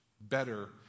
better